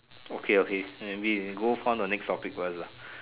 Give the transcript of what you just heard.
okay okay maybe we go find the next topic first ah